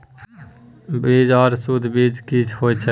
बीज आर सुध बीज की होय छै?